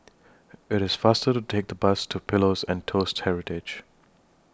IT IS faster to Take The Bus to Pillows and Toast Heritage